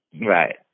Right